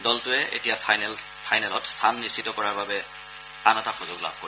দলটোৱে এতিয়া ফাইনেলত স্থান নিশ্চিত কৰাৰ বাবে আৰু এটা সুযোগ লাভ কৰিব